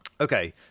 Okay